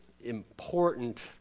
important